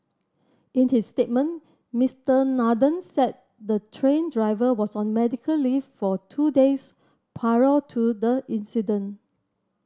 in his statement Mister Nathan said the train driver was on medical leave for two days prior to the incident